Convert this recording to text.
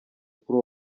kuri